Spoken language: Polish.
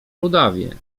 rudawie